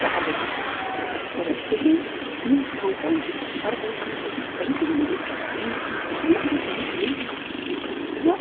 ᱰᱟᱦᱟᱨ ᱫᱚ ᱛᱤᱧ ᱛᱚᱵᱮ ᱛᱮᱦᱮᱧ ᱤᱧ ᱥᱟᱶᱛᱟ ᱞᱟᱹᱜᱤᱫ ᱟᱨ ᱵᱟᱝᱠᱷᱟᱱ ᱛᱮᱦᱮᱧ ᱟᱹᱨᱤᱪᱟᱹᱞᱤ ᱞᱟᱹᱜᱤᱫ ᱛᱮᱦᱮᱧ ᱤᱧ ᱡᱟᱦᱟᱱᱟᱜ ᱜᱮ ᱠᱟᱹᱢᱤ ᱥᱟᱱᱟᱧ ᱠᱟᱱᱟ ᱢᱮᱱᱠᱷᱟᱱ ᱤᱧᱟᱹᱜ